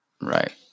Right